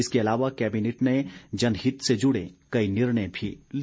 इसके अलावा कैबिनेट ने जनहित से जुड़े कई निर्णय भी लिए